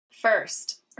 First